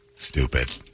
Stupid